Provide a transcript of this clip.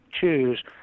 choose